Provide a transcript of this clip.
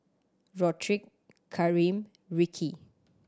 Rodrick Karim Rikki